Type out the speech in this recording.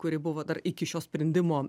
kuri buvo dar iki šio sprendimo